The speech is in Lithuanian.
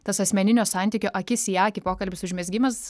tas asmeninio santykio akis į akį pokalbis užmezgimas